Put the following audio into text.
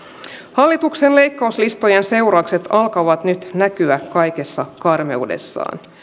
hallituksen leikkauslistojen seuraukset alkavat nyt näkyä kaikessa karmeudessaan